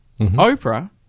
Oprah